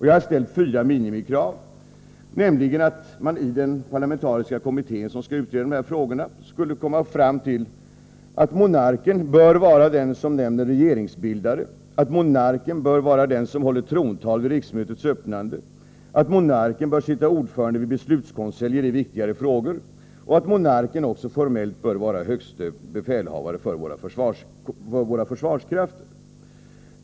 Jag har ställt fyra minimikrav, nämligen att man i den parlamentariska kommitté som skall utreda dessa frågor skall komma fram till att monarken bör vara den som utnämner regeringsbildare, att monarken bör vara den som håller trontal vid riksmötets öppnande, att monarken bör sitta ordförande vid beslutskonseljer i viktigare frågor och att monarken också formellt bör vara högste befälhavare för våra försvarskrafter.